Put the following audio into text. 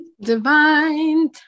divine